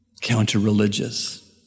counter-religious